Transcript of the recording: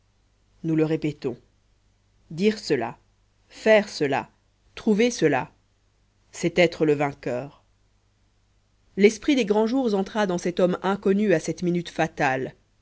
nous le répétons dire cela faire cela trouver cela c'est être le vainqueur l'esprit des grands jours entra dans cet homme inconnu à cette minute fatale